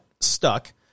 stuck